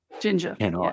Ginger